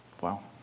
Wow